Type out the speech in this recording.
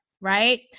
right